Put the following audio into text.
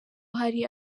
hari